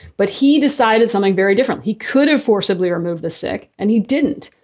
but he decided something very different. he could have forcibly removed the sick and he didn't.